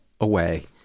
away